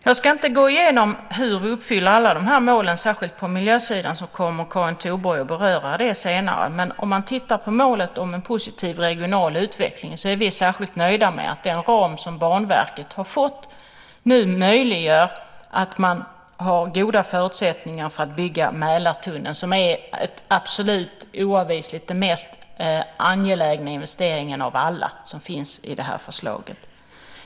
Jag ska inte gå igenom hur vi uppfyller målen, särskilt på miljösidan. Karin Thorborg kommer att beröra dem senare. Men om vi tittar på målet om en positiv regional utveckling är vi särskilt nöjda med att den ram som Banverket har fått nu ger goda förutsättningar att bygga Mälartunneln, som är oavvisligt den mest angelägna investeringen av alla som finns i förslaget.